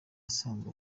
asanzwe